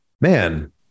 man